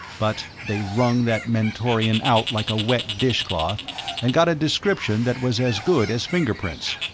but they wrung that mentorian out like a wet dishcloth and got a description that was as good as fingerprints.